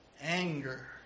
anger